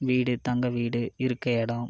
வீடு தங்க வீடு இருக்க இடம்